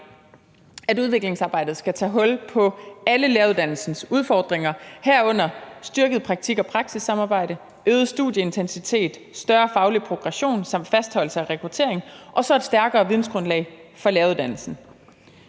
at udviklingsarbejdet skal tage hul på alle læreruddannelsens udfordringer, herunder styrket praktik- og prasissamarbejde, øget studieintensitet, større faglig progression samt fastholdelse og rekruttering og så et stærkere vidensgrundlag for læreruddannelsen.